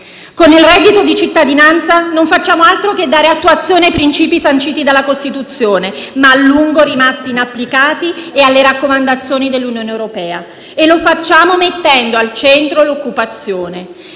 Con il reddito di cittadinanza non facciamo altro che dare attuazione ai principi sanciti dalla Costituzione, a lungo rimasti inapplicati, e alle raccomandazioni dell'Unione europea. E lo facciamo mettendo al centro l'occupazione: